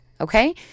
Okay